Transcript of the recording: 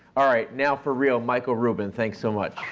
alright now for real, michael rubin, thanks so much.